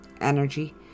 energy